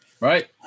Right